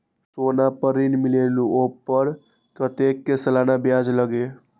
सोना पर ऋण मिलेलु ओपर कतेक के सालाना ब्याज लगे?